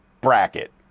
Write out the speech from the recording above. bracket